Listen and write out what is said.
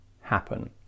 happen